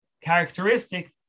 characteristic